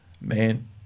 Man